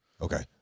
Okay